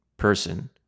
person